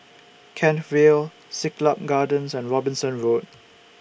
Kent Vale Siglap Gardens and Robinson Road